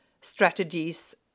strategies